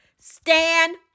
stand